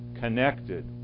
connected